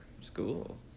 school